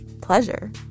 pleasure